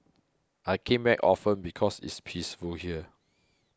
I came back often because it's peaceful here